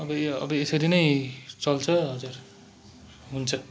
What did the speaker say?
अब य अब यसरी नै चल्छ हजुर हुन्छ